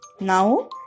Now